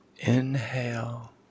Inhale